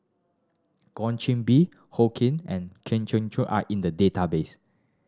Goh Qiu Bin Wong Keen and Kwok Kian Chow are in the database